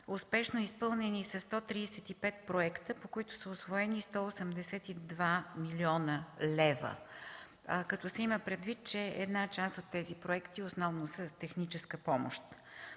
успешно изпълнени са 135 проекта, по които са усвоени 182 млн. лв., като се има предвид, че една част от тези проекти основно са техническа помощ.